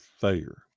failure